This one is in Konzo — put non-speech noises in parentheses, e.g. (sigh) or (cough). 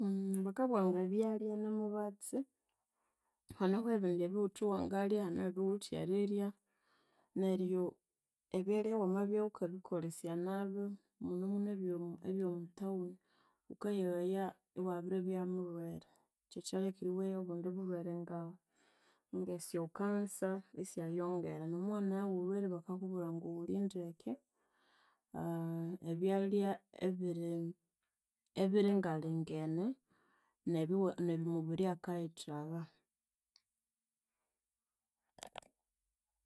(hesitation) bakabugha ambu ebyalhya ni mubatsi haneho ebindi ebyawuthe wangalhya, hane ebyawuwithe erirya neryo ebyalhya wamabya wukabikolesya nabi, munumunu ebyomutown wukayeghaya iwabiribya mulhwere kyakyalekire iweya obundi bulhwere nga- ngesyokasa isyayongera, namunabya iwulhwere bakakubwirambu wulye ndeke (hesitation) ebyalhya ebiri ebiringalingene, nebyowa nebyo mubiri akaghithagha